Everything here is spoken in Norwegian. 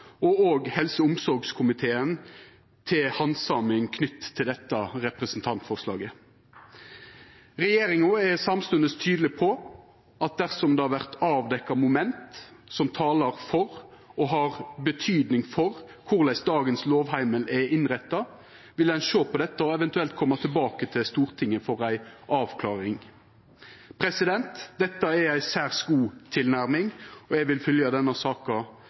og også helse- og omsorgskomiteen, til handsaming – knytt til dette representantforslaget. Regjeringa er samstundes tydeleg på at dersom det vert avdekt moment som talar for og har betydning for korleis dagens lovheimel er innretta, vil ein sjå på dette og eventuelt koma tilbake til Stortinget for ei avklaring. Dette er ei særs god tilnærming, og eg vil fylgja denne saka